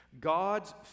God's